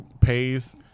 pays